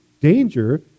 danger